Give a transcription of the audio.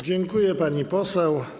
Dziękuję, pani poseł.